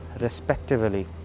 respectively